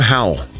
Howell